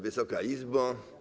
Wysoka Izbo!